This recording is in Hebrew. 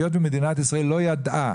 היות ומדינת ישראל לא ידעה